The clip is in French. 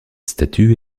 statue